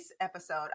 episode